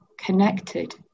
connected